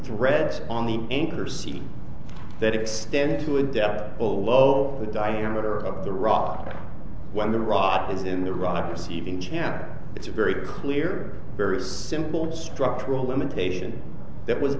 threads on the anchor seat that extended to a depth below the diameter of the rock when the rot is in the rock receiving channel it's a very clear very simple structural limitation that was